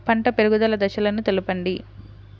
పంట పెరుగుదల దశలను తెలపండి?